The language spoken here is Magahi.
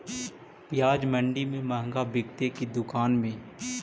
प्याज मंडि में मँहगा बिकते कि दुकान में?